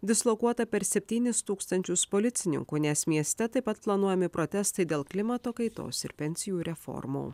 dislokuota per septynis tūkstančius policininkų nes mieste taip pat planuojami protestai dėl klimato kaitos ir pensijų reformų